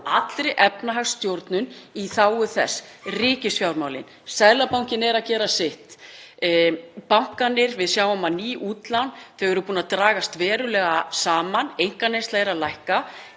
allri efnahagsstjórnun í þágu þess. Ríkisfjármálin, Seðlabankinn er að gera sitt, bankarnir, við sjáum að ný útlán eru búin að dragast verulega saman, einkaneysla er að minnka.